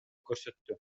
көрсөттү